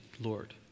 Lord